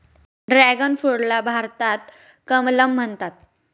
dragon फ्रूटला भारतात कमलम म्हणतात